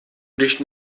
dich